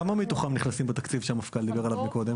כמה מתוכם נכנסים לתקציב שהמפכ"ל דיבר עליו מקודם?